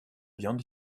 viande